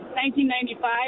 1995